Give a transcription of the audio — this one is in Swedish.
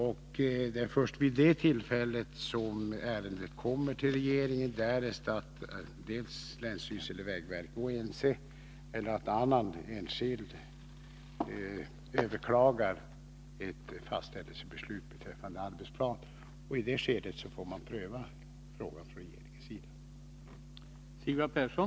Ett ärende föreläggs regeringen för behandling först i den situationen då antingen länsstyrelse och vägverk är oense eller en enskild överklagar ett fastställelsebeslut beträffande arbetsplan. I det skedet får regeringen pröva frågan.